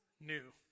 new